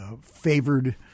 favored